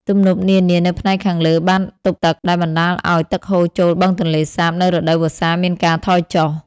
ទំនប់នានានៅផ្នែកខាងលើបានទប់ទឹក ដែលបណ្តាលឱ្យ ទឹកហូរចូលបឹងទន្លេសាបនៅរដូវវស្សាមានការថយចុះ។